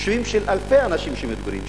אלה יישובים של אלפי אנשים שמתגוררים שם.